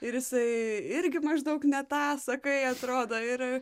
ir jisai irgi maždaug ne tą sakai atrodo ir